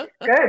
good